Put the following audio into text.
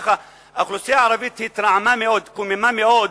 האוכלוסייה הערבית התרעמה מאוד, התקוממה מאוד,